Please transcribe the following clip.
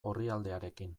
orrialdearekin